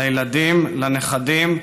לילדים, לנכדים,